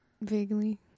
Vaguely